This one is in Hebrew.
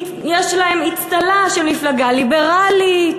יש להם אצטלה של מפלגה ליברלית,